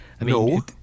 No